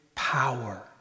Power